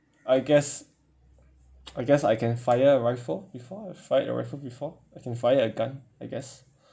I guess I guess I can fire a rifle before I fired a rifle before I can fire a gun I guess